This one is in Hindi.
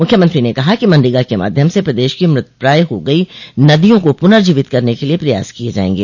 मुख्यमंत्री ने कहा कि मनरेगा के माध्यम से प्रदेश की मृतप्रायः हो गई नदियों को पुनजीवित करने के लिए प्रयास किये जायेंगे